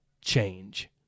change